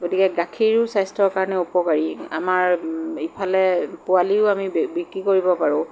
গতিকে গাখীৰো স্বাস্থ্যৰ কাৰণে উপকাৰী আমাৰ ইফালে পোৱালিও আমি বি বিক্ৰী কৰিব পাৰোঁ